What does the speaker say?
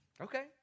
Okay